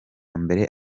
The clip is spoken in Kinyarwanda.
mbere